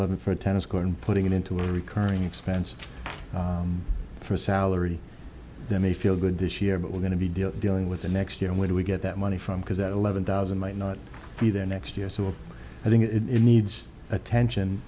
living for a tennis court and putting it into a recurring expense for a salary that may feel good this year but we're going to be dealing with the next year when we get that money from because that eleven thousand might not be there next year so i think it needs attention